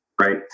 right